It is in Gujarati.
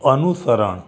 અનુસરણ